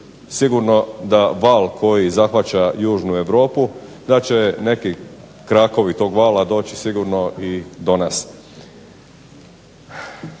sigurno da val koji zahvaća južnu Europu da će neki krakovi tog vala doći sigurno i do nas.